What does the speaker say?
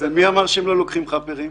ומי אמר שהחברות הללו לא לוקחות חאפרים?